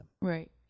Right